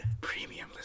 premium